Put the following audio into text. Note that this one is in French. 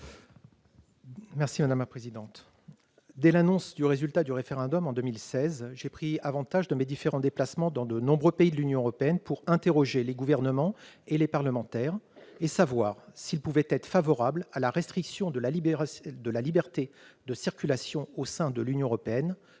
vote. Madame la présidente, dès l'annonce du résultat du référendum en 2016, j'ai pris avantage de mes différents déplacements dans de nombreux pays de l'Union européenne pour interroger les gouvernements et les parlementaires et savoir s'ils pouvaient être favorables à la restriction de la liberté de circulation au sein de l'Union européenne,